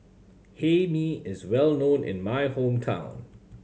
Hae Mee is well known in my hometown